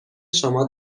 شما